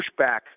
pushback